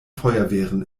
feuerwehren